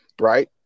Right